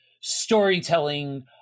storytelling